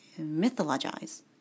mythologize